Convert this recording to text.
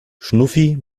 schnuffi